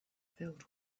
filled